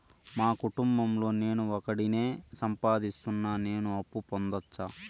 మా కుటుంబం లో నేను ఒకడినే సంపాదిస్తున్నా నేను అప్పు పొందొచ్చా